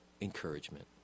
encouragement